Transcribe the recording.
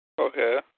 Okay